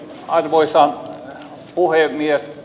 arvoisa puhemies